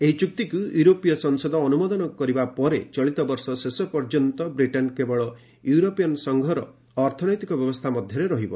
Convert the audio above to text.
ଏହି ଚୁକ୍ତିକୁ ୟୁରୋପୀୟ ସଂସଦ ଅନୁମୋଦନ କରିବା ପରେ ଚଳିତ ବର୍ଷ ଶେଷ ପର୍ଯ୍ୟନ୍ତ ବ୍ରିଟେନ୍ କେବଳ ୟୁରୋପିଆନ୍ ସଂଘର ଅର୍ଥନୈତିକ ବ୍ୟବସ୍ଥା ମଧ୍ୟରେ ରହିବ